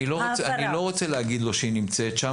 אני לא רוצה להגיד לו שהיא נמצאת שם